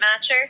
matcher